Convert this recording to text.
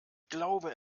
glaube